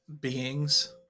beings